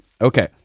Okay